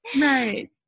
right